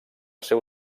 seu